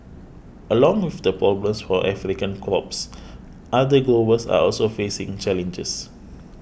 along with the problems for African crops other growers are also facing challenges